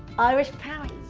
irish power,